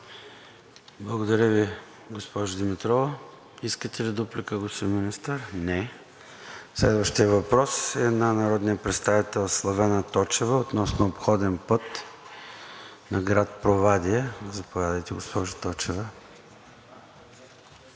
Благодаря Ви, госпожо Димитрова. Искате ли дуплика, господин Министър? Не. Следващият въпрос е на народния представител Славена Точева относно обходен път на град Провадия. Заповядайте, госпожо Точева.